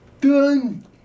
done